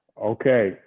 ok